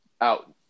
out